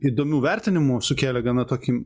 įdomių vertinimų sukėlė gana tokį